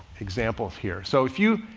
examples here. so if you,